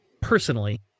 personally